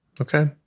Okay